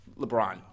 LeBron